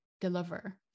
deliver